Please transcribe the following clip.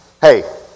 hey